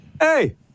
Hey